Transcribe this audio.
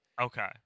Okay